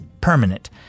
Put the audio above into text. permanent